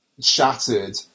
shattered